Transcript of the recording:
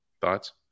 Thoughts